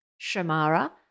Shamara